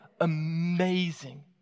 amazing